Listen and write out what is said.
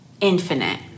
infinite